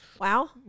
Wow